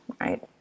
right